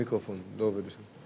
המיקרופון לא עובד שם.